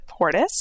Portis